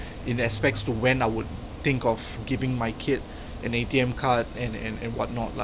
in aspects to when I would think of giving my kid an A_T_M card and and and what not lah